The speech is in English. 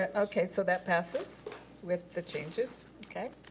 ah okay, so that passes with the changes, okay.